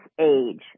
age